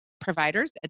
providers